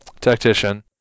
tactician